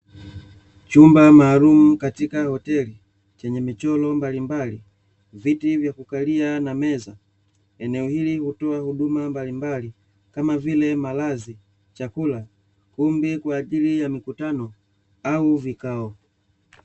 Chumba maalumu katika hoteli chenye michoro mbalimbali, viti vya kukalia na meza. Eneo hili hutoa huduma mbalimbali kama vile maradhi, chakula, kumbi kwa ajili ya mikutano au vikao.